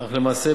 אך למעשה,